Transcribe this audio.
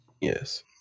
Yes